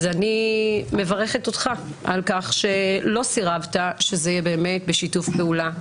אני מברכת אותך על כך שלא סירבת שזה יהיה בשיתוף פעולה.